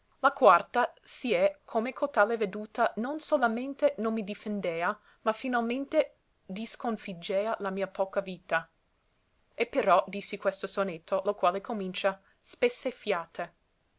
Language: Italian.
la quarta si è come cotale veduta non solamente non mi difendea ma finalmente disconfiggea la mia poca vita e però dissi questo sonetto lo quale comincia spesse fiate